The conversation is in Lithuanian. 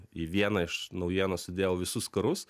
į vieną iš naujienų sudėjau visus karus